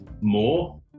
more